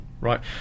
Right